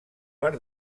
per